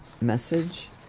message